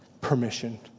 permission